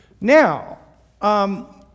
now